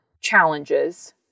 challenges